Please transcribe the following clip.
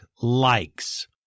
likes